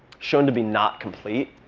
shown to be not complete,